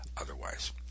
otherwise